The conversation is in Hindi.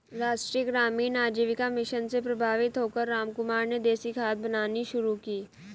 राष्ट्रीय ग्रामीण आजीविका मिशन से प्रभावित होकर रामकुमार ने देसी खाद बनानी शुरू की